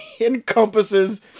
encompasses